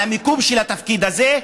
על המיקום של התפקיד הזה,